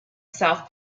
south